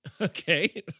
Okay